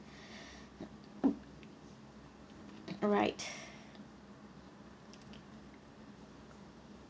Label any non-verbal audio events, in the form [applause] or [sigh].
[breath] alright